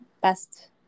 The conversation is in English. best